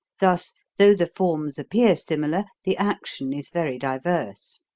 thus, though the forms appear similar, the action is very diverse.